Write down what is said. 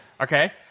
Okay